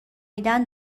میدن